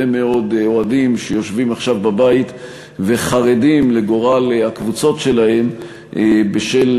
מאוד אוהדים שיושבים עכשיו בבית וחרדים לגורל הקבוצות שלהם בשל